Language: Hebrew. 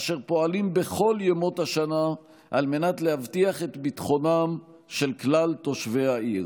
אשר פועלים בכל ימות השנה על מנת להבטיח את ביטחונם של כלל תושבי העיר.